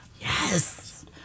Yes